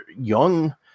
young